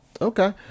Okay